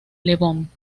lebón